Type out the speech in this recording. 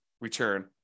return